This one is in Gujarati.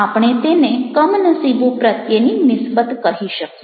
આપણે તેને કમનસીબો પ્રત્યેની નિસ્બત કહી શકીએ